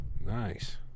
Nice